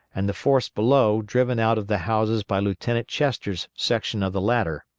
and the force below driven out of the houses by lieutenant chester's section of the latter.